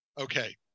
Okay